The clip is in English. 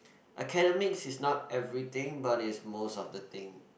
academics is not everything but it's most of the thing